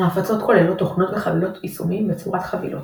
ההפצות כוללות תוכנות וחבילות יישומים בצורת חבילות,